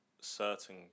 certain